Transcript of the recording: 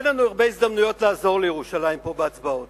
אין לנו הרבה הזדמנויות לעזור לירושלים פה בהצבעות.